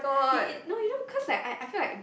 you no you know cause like I I feel like